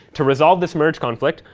to resolve this merge conflict,